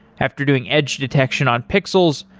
after doing edge detection on pixels,